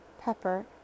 Pepper